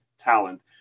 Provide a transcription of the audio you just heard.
talent